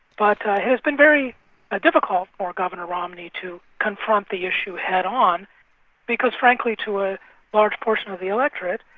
but it has been very ah difficult for governor romney to confront the issue head-on, because frankly to a large portion of the electorate,